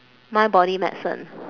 mind body medicine